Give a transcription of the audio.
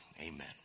Amen